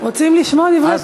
רוצים לשמוע דברי תורה.